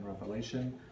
revelation